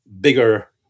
bigger